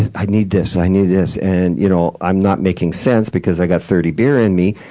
i need this, i need this, and you know i'm not making sense because i got thirty beer in me,